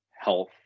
health